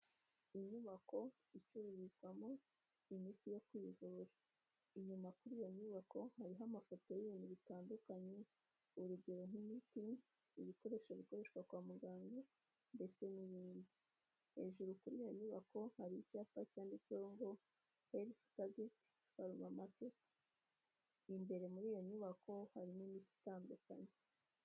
Inyubako icururizwamo imiti yo kwivura ,inyuma kuri iyo nyubako hariho amafoto y'ibintu bitandukanye urugero nk'imiti ,ibikoresho bikoreshwa kwa muganga ,ndetse n'ibindi hejuru kuri ya nyubako .Hari icyapa cyanditseho ngo elftabit formamaket imbere muri iyo nyubako harimo'imiti itandukanye.